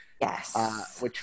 Yes